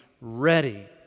ready